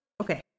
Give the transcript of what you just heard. Okay